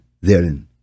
therein